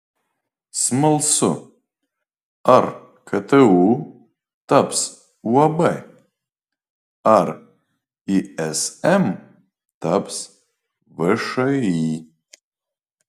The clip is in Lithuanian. smalsu ar ktu taps uab ar ism taps všį